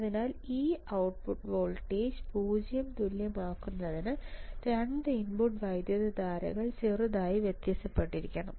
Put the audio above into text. അതിനാൽ ഈ output voltage 0 തുല്യമാക്കുന്നതിന് 2 ഇൻപുട്ട് വൈദ്യുതധാരകൾ ചെറുതായി വ്യത്യാസപ്പെട്ടിരിക്കുന്നു